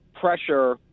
pressure